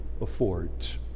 affords